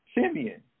Simeon